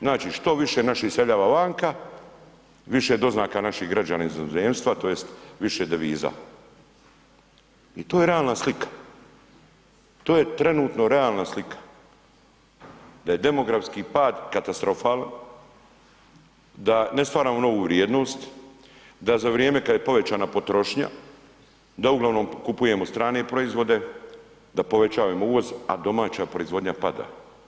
Znači, što više naših iseljava vanka, više doznaka naših građana iz inozemstva tj. više deviza i to je realna slika i to je trenutno realna slika, da je demografski pad katastrofalan, da ne stvaramo novu vrijednost, da za vrijeme kad je povećana potrošnja da uglavnom kupujemo strane proizvode, da povećavamo uvoz, a domaća proizvodnja pada.